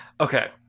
Okay